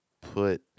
put